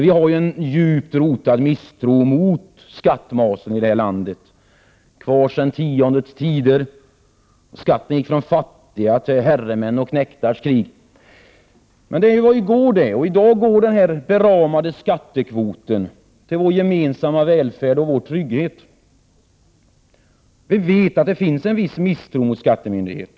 Vi har ju en djupt rotad misstro mot skattmasen i det här landet. Det sitter kvar sedan tiondets tider, då skatten gick från de fattiga till herremän och till knektarnas krig. Men det var i går, i dag går den beramade s.k. skattekvoten till vår gemensamma välfärd och trygghet. Vi vet att det finns en viss misstro mot skattemyndigheten.